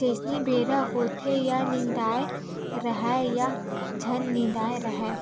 जइसने बेरा होथेये निदाए राहय या झन निदाय राहय